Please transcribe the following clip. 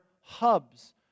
hubs